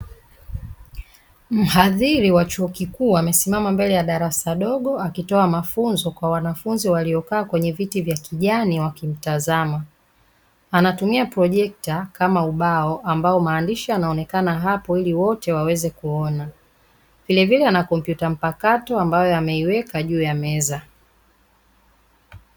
Mhadhiri wa chuo kikuu amesimama mbele ya darasa dogo akitoa mafunzo kwa wanafunzi waliokaa kwenye viti vya kijani wakimtizama, anatumia projekta kama ubao ambao maandishi yanaonekana hapo ili wote waweze kuona vile vie ana kopyuta mpakato ambayo ameiweka juu ya meza.